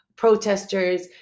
Protesters